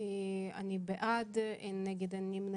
צו בריאות העם (נגיף הקורונה